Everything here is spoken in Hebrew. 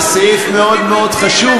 זה סעיף מאוד מאוד חשוב,